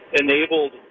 enabled